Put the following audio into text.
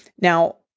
Now